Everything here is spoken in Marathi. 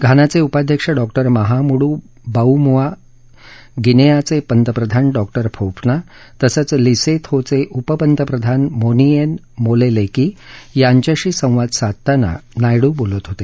घानाचे उपाध्यक्ष डॉक्टर महामुडू बावूमुआ गिनेआचे पंतप्रधान डॉक्टर फोफना तसंच लिसेथोचे उपपंतप्रधान मोनीएन मोलेलेकी यांच्याशी संवाद साधताना नायडू बोलत होते